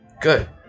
good